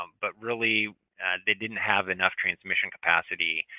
um but really they didn't have enough transmission capacity,